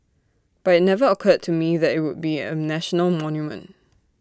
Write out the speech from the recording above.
but IT never occurred to me that IT would be A national monument